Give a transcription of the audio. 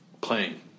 playing